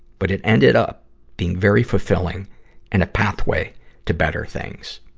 but it ended up being very fulfilling and a pathway to better things.